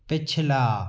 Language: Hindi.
पिछला